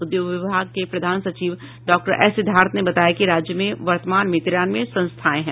उद्योग विभाग के प्रधान सचिव डॉक्टर एस सिद्धार्थ ने बताया कि राज्य में वर्तमान में तिरानवे संस्थायें हैं